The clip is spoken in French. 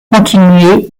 continué